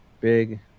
big